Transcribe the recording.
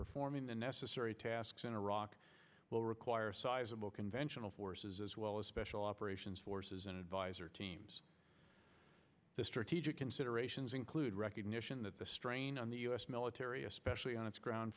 performing the necessary tasks in iraq will require sizable conventional forces as well as special operations forces and advisor teams the strategic considerations include recognition that the strain on the us military especially on its ground